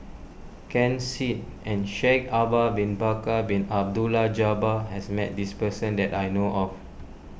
Ken Seet and Shaikh Ahmad Bin Bakar Bin Abdullah Jabbar has met this person that I know of